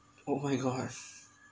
oh my gosh